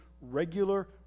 regular